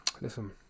listen